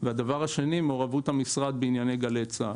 והדבר השני מעורבות המשרד בענייני גלי צה"ל.